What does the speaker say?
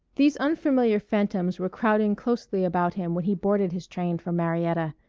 these unfamiliar phantoms were crowding closely about him when he boarded his train for marietta,